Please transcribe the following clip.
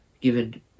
given